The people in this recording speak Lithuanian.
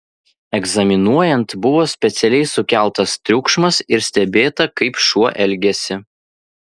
egzaminuojant buvo specialiai sukeltas triukšmas ir stebėta kaip šuo elgiasi